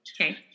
Okay